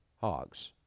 Hogs